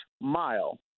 mile